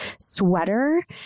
sweater